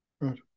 Right